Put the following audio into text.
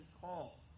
call